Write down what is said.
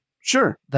Sure